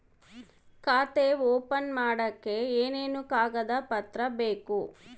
ಖಾತೆ ಓಪನ್ ಮಾಡಕ್ಕೆ ಏನೇನು ಕಾಗದ ಪತ್ರ ಬೇಕು?